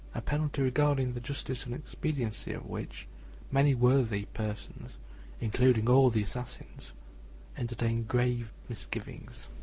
a penalty regarding the justice and expediency of which many worthy persons including all the assassins entertain grave misgivings.